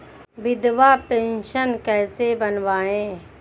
विधवा पेंशन कैसे बनवायें?